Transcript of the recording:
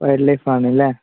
wild life ആണല്ലേ